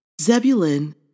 Zebulun